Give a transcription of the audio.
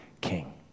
king